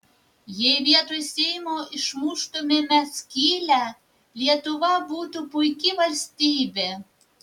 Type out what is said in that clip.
jei vietoj seimo išmuštumėme skylę lietuva būtų puiki valstybė